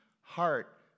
heart